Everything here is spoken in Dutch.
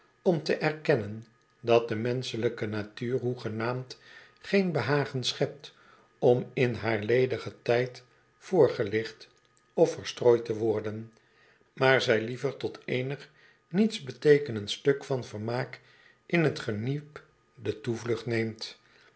om te erkennen dat de menschelijke natuur hoegenaamd geen behagen schept om in haar ledigen tijd voorgelicht of verstrooid te worden maarzij liever tot eenig nietsbeteekenend stuk van vermaak in t geniep de toevlucht neemt